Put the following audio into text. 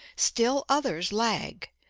still others lag.